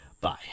Bye